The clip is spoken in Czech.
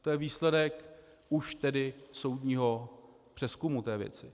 To je výsledek už soudního přezkumu té věci.